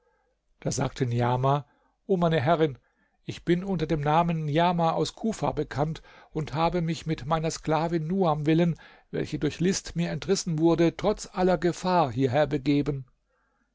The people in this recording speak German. da sagte niamah o meine herrin ich bin unter dem namen niamah aus kufa bekannt und habe mich meiner sklavin nuam willen welche durch list mir entrissen wurde trotz aller gefahr hierher begeben